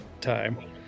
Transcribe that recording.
time